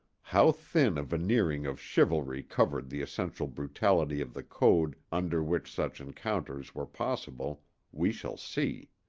how thin a veneering of chivalry covered the essential brutality of the code under which such encounters were possible we shall see.